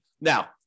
Now